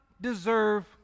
deserve